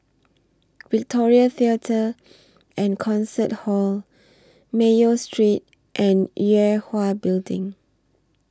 Victoria Theatre and Concert Hall Mayo Street and Yue Hwa Building